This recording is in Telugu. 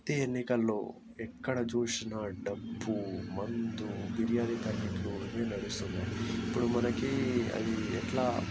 అయితే ఎన్నికలలో ఎక్కడ చూసిన డబ్బు మందు బిరియానీ పాకెట్లు ఇవే నడుస్తున్నాయి ఇప్పుడు మనకి అవి ఎట్లా